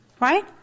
Right